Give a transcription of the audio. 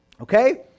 okay